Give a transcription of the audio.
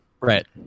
Right